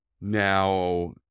Now